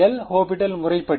L ஹோபிடல்கள் முறைப்படி